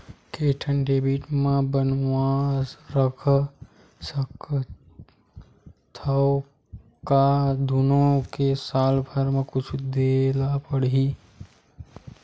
के ठन डेबिट मैं बनवा रख सकथव? का दुनो के साल भर मा कुछ दे ला पड़ही?